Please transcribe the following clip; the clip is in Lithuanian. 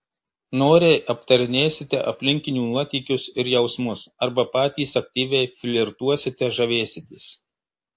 noriai aptarinėsite aplinkinių nuotykius ir jausmus arba patys aktyviai flirtuosite žavėsitės